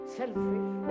selfish